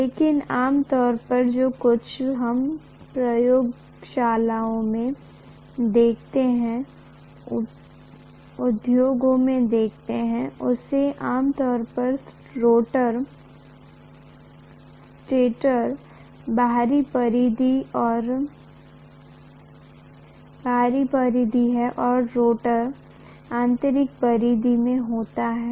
लेकिन आम तौर पर जो कुछ हम प्रयोगशालाओं में देखते हैं उद्योगों में देखते हैं उसमें आमतौर पर स्टेटर बाहरी परिधि है और रोटर आंतरिक परिधि में होता है